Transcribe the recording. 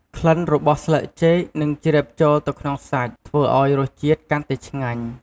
ក្លិនរបស់ស្លឹកចេកនឹងជ្រាបចូលទៅក្នុងសាច់ ធ្វើឱ្យរសជាតិកាន់តែឆ្ងាញ់។